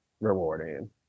rewarding